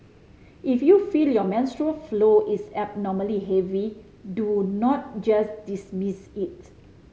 if you feel your menstrual flow is abnormally heavy do not just dismiss it